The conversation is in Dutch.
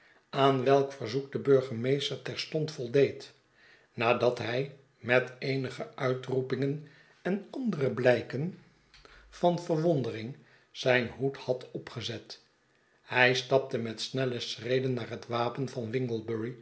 aan welk verzoek de burgemeester terstond voldeed nadat hij met eenige uitroepingen en andere blijken van verwondering zijn hoed had opgezet hij stapte met snelle schreden naar het wapen van